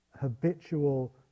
habitual